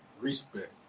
Respect